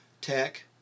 tech